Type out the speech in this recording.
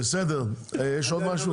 בסדר, יש עוד משהו?